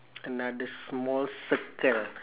another small circle